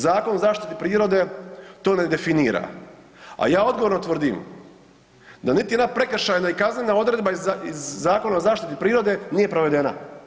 Zakon o zaštiti prirode, to ne definira a ja odgovorno tvrdim da niti jedna prekršajna i kaznena odredba iz Zakona o zaštiti prirode nije provedena.